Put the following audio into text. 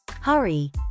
hurry